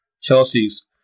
Chelsea's